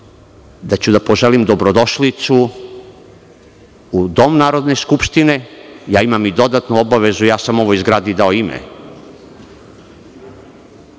da ću da poželim dobrodošlicu u Dom Narodne skupštine, ja imam i dodatnu obavezu, ja sam ovoj zgradi dao ime,